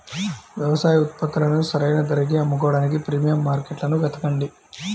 వ్యవసాయ ఉత్పత్తులను సరైన ధరకి అమ్ముకోడానికి ప్రీమియం మార్కెట్లను వెతకండి